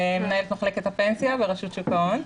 מנהלת מחלקת הפנסיה ברשות שוק ההון.